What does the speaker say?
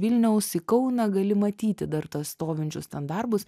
vilniaus į kauną gali matyti dar tuos stovinčius ten darbus